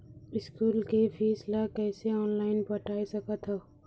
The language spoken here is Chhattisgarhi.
स्कूल के फीस ला कैसे ऑनलाइन पटाए सकत हव?